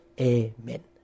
Amen